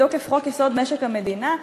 מתוקף חוק-יסוד: משק המדינה,